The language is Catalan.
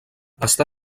està